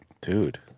Dude